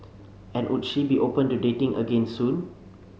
and would she be open to dating again soon